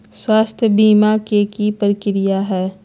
स्वास्थ बीमा के की प्रक्रिया है?